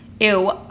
Ew